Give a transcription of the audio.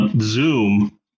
zoom